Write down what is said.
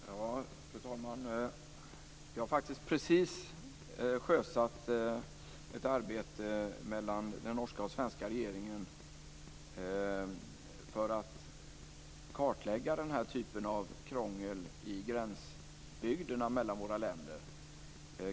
Fru talman! Jag har faktiskt precis sjösatt ett arbete mellan den norska och den svenska regeringen för att kartlägga den här typen av krångel i gränsbygderna mellan våra länder.